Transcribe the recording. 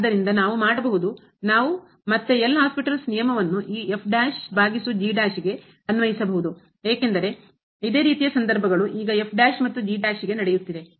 ಆದ್ದರಿಂದ ನಾವು ಮಾಡಬಹುದು ನಾವು ಮತ್ತೆ L ಹಾಸ್ಪಿಟಲ್ಸ್ ನಿಯಮವನ್ನು ಭಾಗಿಸು ಏಕೆಂದರೆ ಇದೇ ರೀತಿಯ ಸಂದರ್ಭಗಳು ಈಗ ಮತ್ತು ನಡೆಯುತ್ತಿದೆ